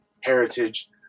heritage